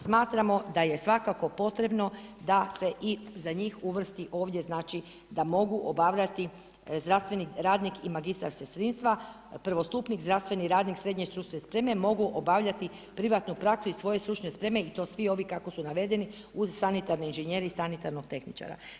Smatramo da je svakako potrebno da se i za njih uvrsti ovdje da mogu obavljati zdravstveni radnik i magistar sestrinstva prvostupnik zdravstveni radnik srednje stručne spreme, mogu obavljati privatnu praksu iz svoje stručne spreme i to svi ovi kako su navedene uz sanitarne inženjere i sanitarnog tehničara.